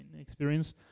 experience